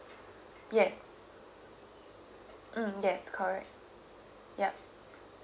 yes mm yes correct yup